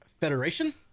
Federation